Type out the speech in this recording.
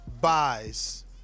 buys